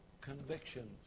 convictions